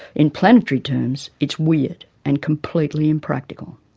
in planetary terms, it's weird and completely impractical.